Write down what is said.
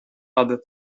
other